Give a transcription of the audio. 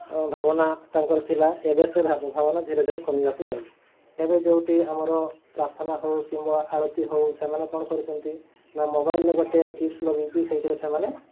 ଭାବନା ତାଙ୍କର ଥିଲା ଏବେ ସେ ଭାବନା ଧୀରେ ଧୀରେ କମିବାକୁ ଯାଉଛି ଏବେ ଯେଉଁଠି ଆମର ପ୍ରାର୍ଥନା ହେଉ କିମ୍ବା ଆଳତି ହେଉ ସେମାନେ କ'ଣ କରୁଛନ୍ତି ନା ମୋବାଇଲ୍ରେ ଗୋଟେ ଚିପ୍ସ୍ ଲଗାଇକି ସେଥିରେ ସେମାନେ